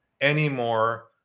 anymore